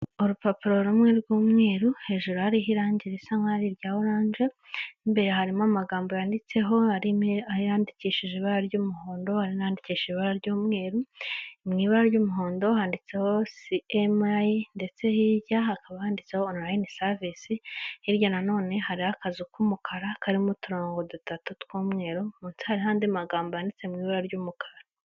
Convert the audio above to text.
Urupapuro rumwe rw'umweru hejuru hariho irangi risa nk'aho ari rya oranje, imbere harimo amagambo yanditseho hari ayandikishije ibara ry'umuhondo ariandikisha ibara ry'umweru, mu ibara ry'umuhondo handitseho si emayi ndetse hirya hakaba handitseho onirayini savisi, hirya na none hari akazu k'umukara karimo uturongo dutatu tw'umweru, munsi hari n'andi magambo yanditse mu ibara ry'umukara.